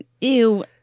ew